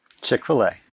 Chick-fil-A